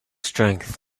strength